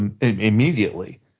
immediately